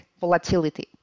volatility